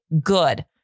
good